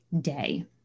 day